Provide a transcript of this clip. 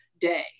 day